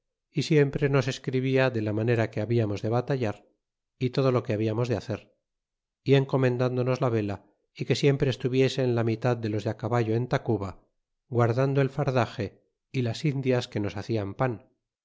y siempre nos escribia de la manera que habíamos de batallar y todo lo que hablamos de hacer y encomendándonos la vela y que siempre estuviesen la mitad dolos i de caballo en tacuba guardando el fardaxe y las indias que nos hacian pan